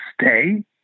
stay